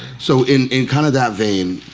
so in in kind of that vein,